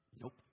Nope